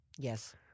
Yes